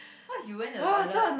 what if you went to the toilet